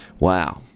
wow